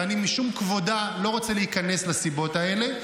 ואני משום כבודה לא רוצה להיכנס לסיבות האלה,